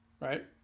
right